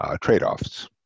trade-offs